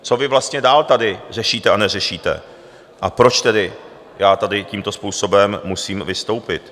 Co vy vlastně dál tady řešíte a neřešíte a proč tedy já tady tímto způsobem musím vystoupit.